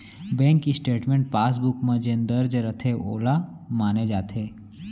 bank statement passbook म जेन दर्ज रथे वोला माने जाथे